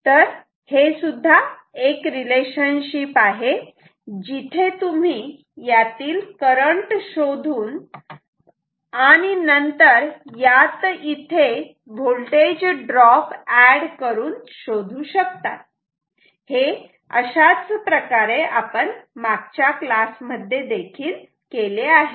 तर हे सुद्धा एक रिलेशनशिप आहे जिथे तुम्ही यातील करंट शोधून आणि नंतर यात इथे व्होल्टेज ड्रॉप ऍड करून शोधु शकतात हे अशाच प्रकारे आपण मागच्या क्लासमध्ये देखील केले आहे